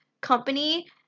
company